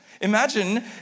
Imagine